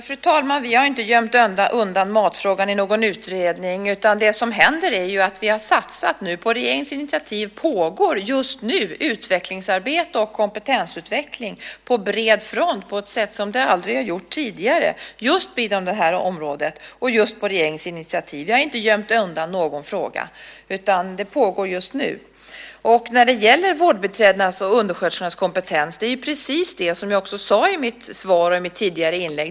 Fru talman! Vi har inte gömt undan matfrågan i någon utredning. Det som händer är att vi har satsat nu. På regeringens initiativ pågår just nu utvecklingsarbete och kompetensutveckling på bred front inom det här området på ett sätt som det aldrig har gjort tidigare. Vi har inte gömt undan någon fråga. När det gäller vårdbiträdenas och undersköterskornas kompetens är det precis så som jag också sade i mitt svar och i mitt tidigare inlägg.